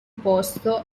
posto